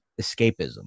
escapism